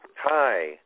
Hi